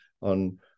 on